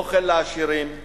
אוכל לעשירים,